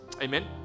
Amen